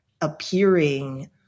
appearing